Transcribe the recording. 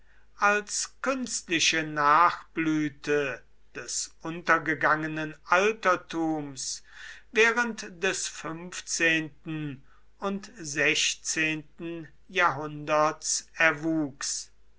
als künstliche nachblüte des untergegangenen altertums während des fünfzehnten und sechzehnten jahrhunderts erwuchs